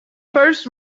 first